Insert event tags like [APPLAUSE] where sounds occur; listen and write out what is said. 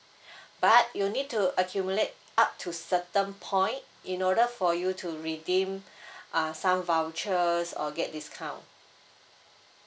[BREATH] but you need to accumulate up to certain point in order for you to redeem [BREATH] uh some vouchers or get discount